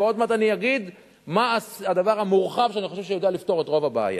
ועוד מעט אני אגיד מה הדבר המורחב שאני חושב שיודע לפתור את רוב הבעיה.